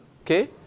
Okay